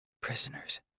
Prisoners